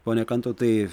ponia kantautai